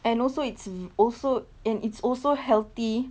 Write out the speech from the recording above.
and also it's v~ also and it's also healthy